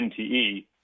NTE